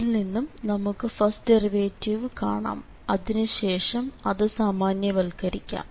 ഇതിൽ നിന്നും നമുക്ക് ഫസ്റ്റ് ഡെറിവേറ്റീവ് കാണാം അതിനു ശേഷം അത് സാമാന്യവത്കരിക്കാം